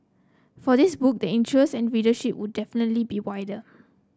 for this book the interest and readership would definitely be wider